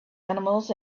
animals